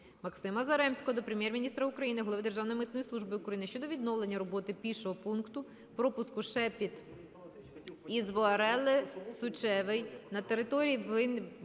Максима Заремського до Прем'єр-міністра України, Голови Державної митної служби України щодо відновлення роботи пішого пункту пропуску "Шепіт - Ізвоареле Сучевей" на території Вижницького